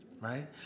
right